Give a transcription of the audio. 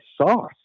sauce